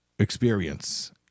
experience